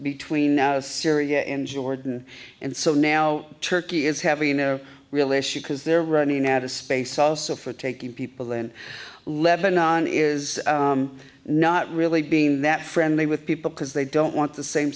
between now syria and jordan and so now turkey is having a real issue because they're running out of space also for taking people in lebanon is not really being that friendly with people because they don't want the same